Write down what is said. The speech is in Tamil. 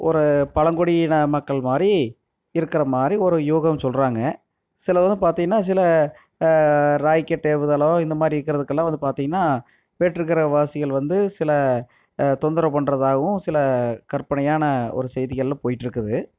ஒரு பழங்குடியின மக்கள் மாதிரி இருக்கிற மாதிரி ஒரு யூகம் சொல்கிறாங்க சிலவங்க பார்த்தீங்கன்னா சில ராக்கெட் ஏவுதளம் இந்தமாதிரி இருக்கிறதுக்கெல்லாம் வந்து பார்த்தீங்கன்னா வேற்றுக் கிரகவாசிகள் வந்து சில தொந்தரவு பண்ணுறதாகவும் சில கற்பனையான ஒரு செய்திகளும் போயிட்டு இருக்குது